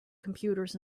computers